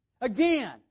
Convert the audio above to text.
Again